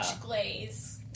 glaze